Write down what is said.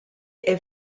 est